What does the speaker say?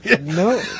No